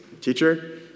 teacher